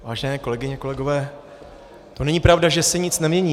Vážené kolegyně, kolegové, to není pravda, že se nic nemění.